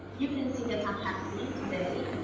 you can see that i'm happy today.